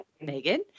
Megan